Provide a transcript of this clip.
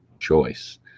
choice